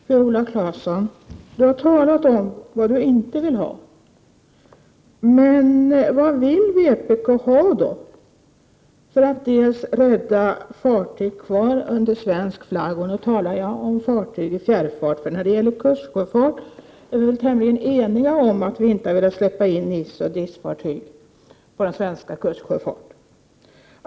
Herr talman! Viola Claesson har talat om vad hon inte vill ha, men vad vill vpk då ha för att rädda fartyg kvar under svensk flagg? Nu talar jag om fartyg i fjärrfart, för när det gäller kustsjöfarten är vi väl tämligen eniga om att inte vilja släppa in NIS och DIS-fartyg.